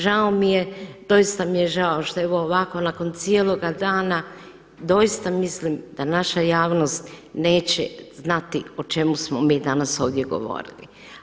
Žao mi je, doista mi je žao što evo ovako nakon cijeloga dana doista mislim da naša javnost neće znati o čemu smo mi danas ovdje govorili.